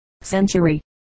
Century